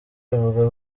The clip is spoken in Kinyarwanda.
avuga